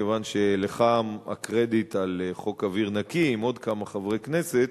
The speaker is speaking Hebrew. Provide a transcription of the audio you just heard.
כיוון שלך הקרדיט על חוק אוויר נקי עם עוד כמה חברי כנסת,